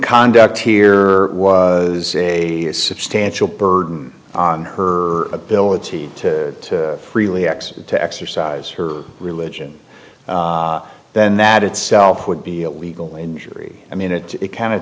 conduct here was a substantial burden on her ability to really acts to exercise her religion then that itself would be a legal injury i mean it it kind of